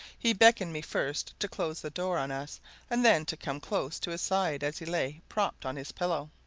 he beckoned me first to close the door on us and then to come close to his side as he lay propped on his pillow.